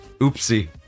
Oopsie